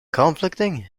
conflicting